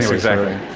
exactly.